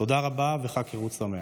תודה רבה וחג חירות שמח.